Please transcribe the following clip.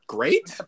Great